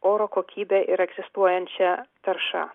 oro kokybe ir egzistuojančia tarša